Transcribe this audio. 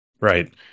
right